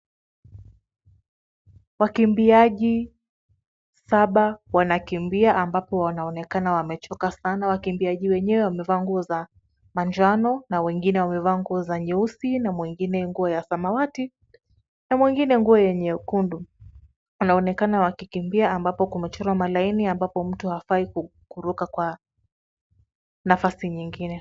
Wakimbiaji saba wanakimbia ambapo wanaonekana wamechoka sana. Wakimbiaji wenyewe wamevaa nguo za manjano na wengine wamevaa nguo za nyeusi na mwengine nguo ya samawati na mwengine nguo nyekundu. Wanaonekana wakikimbia ambapo kumechorwa malaini ambapo mtu hafai kuvuka kwa nafasi nyingine.